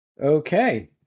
Okay